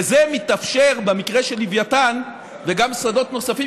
וזה מתאפשר במקרה של לווייתן וגם שדות נוספים,